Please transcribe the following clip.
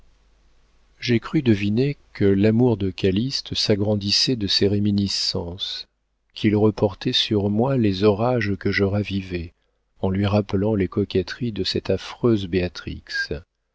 j'ai cru deviner que l'amour de calyste s'agrandissait de ses réminiscences qu'il reportait sur moi les orages que je ravivais en lui rappelant les coquetteries de cette affreuse